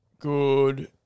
Good